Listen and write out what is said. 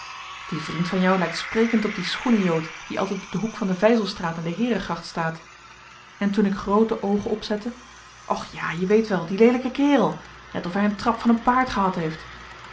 die vriend van jou lijkt sprekend op dien schoenenjood die altijd op den hoek van de vijzelstraat en de heerengracht staat en toen ik groote oogen opzette och ja je weet wel die leelijke kerel net of hij een trap van een paard gehad heeft